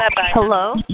Hello